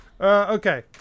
Okay